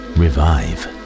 revive